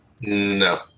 No